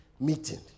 meeting